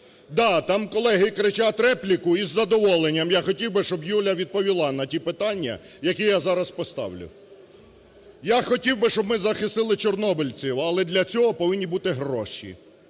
Да, там колеги кричать репліку, із задоволенням я хотів би, щоб Юля відповіла на ті питання, які я зараз поставлю. Я хотів би, щоб ми захистили чорнобильців, але для цього повинні бути гроші,